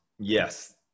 yes